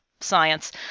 science